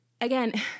Again